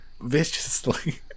viciously